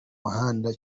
mihanda